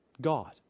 God